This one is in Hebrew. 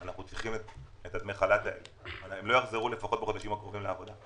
הם לא יחזור בחודשים הקרובים לעבודה.